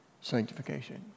sanctification